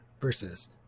versus